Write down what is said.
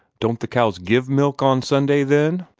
don't the cows give milk on sunday, then?